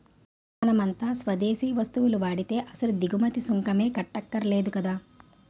మనమంతా స్వదేశీ వస్తువులు వాడితే అసలు దిగుమతి సుంకమే కట్టక్కర్లేదు కదా